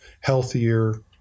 healthier